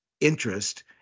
interest